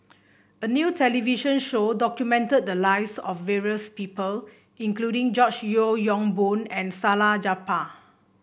a new television show documented the lives of various people including George Yeo Yong Boon and Salleh Japar